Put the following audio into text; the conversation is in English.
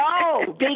No